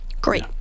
Great